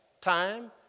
time